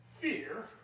fear